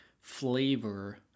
flavor